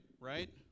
Right